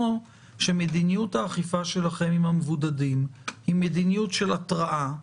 או שמדיניות האכיפה שלכם עם המבודדים היא מדיניות של התראה,